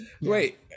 wait